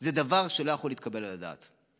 זה דבר שלא יכול להתקבל על הדעת.